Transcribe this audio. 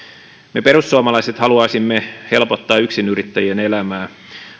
me perussuomalaiset haluaisimme helpottaa yk sinyrittäjien elämää